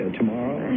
tomorrow